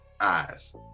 eyes